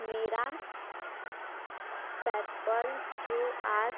मेरा PayPal Q are